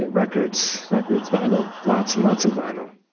and records. records, vinyl? lots and lots of vinyl.